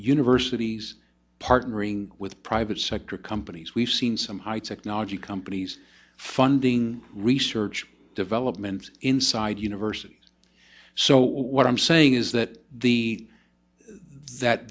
universities partnering with private sector companies we've seen some high technology companies funding research development inside universities so what i'm saying is that the that